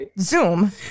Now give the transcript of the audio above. Zoom